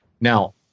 Now